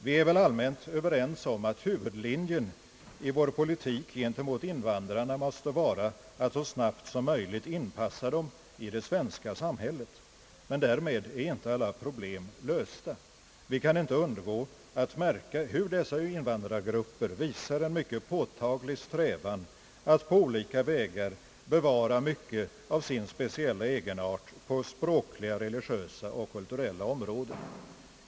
Vi är väl allmänt överens om att huvudlinjen i vår politik gentemot invandrarna skall vara att så snabbt som möjligt inpassa dem i samhället. Men därmed är inte alla problem lösta. Vi kan inte undgå att märka hur dessa invandrargrupper visar en mycket påtaglig strävan att på olika vägar bevara mycket av sin speciella egenart på språkliga, religiösa och kulturella områden.